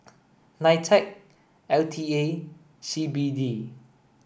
NITEC L T A and C B D